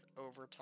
overtime